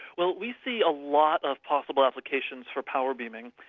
well we see a lot of possible applications for power beaming,